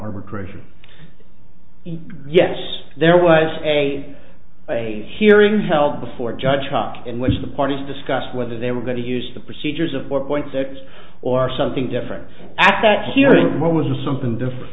arbitration yes there was a a hearing held before judge truck in which the parties discussed whether they were going to use the procedures a four point six or something different at that hearing what was something different